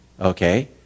okay